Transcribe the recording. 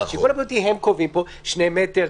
את השיקול הבריאותי הם קובעים פה 2 מטר,